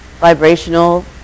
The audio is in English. Vibrational